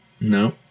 No